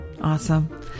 Awesome